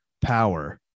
power